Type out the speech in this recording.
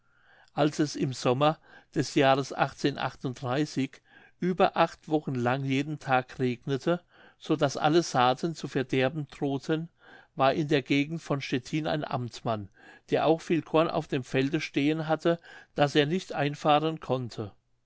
als es im sommer des jahres über acht wochen lang jeden tag regnete so daß alle saaten zu verderben droheten war in der gegend von stettin ein amtmann der auch viel korn auf dem felde stehen hatte das er nicht einfahren konnte